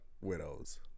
Widows